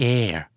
air